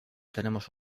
tenemos